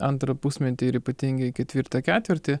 antrą pusmetį ir ypatingai ketvirtą ketvirtį